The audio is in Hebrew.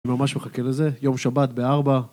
אני ממש מחכה לזה, יום שבת בארבע.